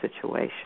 situation